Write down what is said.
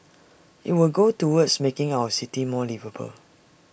IT will go towards making our city more liveable